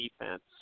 defense